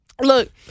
Look